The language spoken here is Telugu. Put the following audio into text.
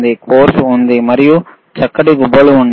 కోర్సు ఉంది మరియు చక్కటి గుబ్బలు ఉన్నాయి